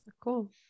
Cool